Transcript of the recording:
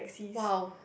!wow!